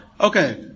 Okay